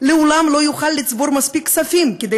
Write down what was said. לעולם לא יוכל לצבור מספיק כספים כדי